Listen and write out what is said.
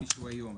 כפי שהוא היום.